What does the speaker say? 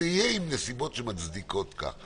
תהיה עם נסיבות שמצדיקות את זה.